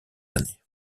années